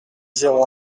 zéro